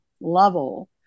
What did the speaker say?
level